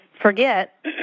forget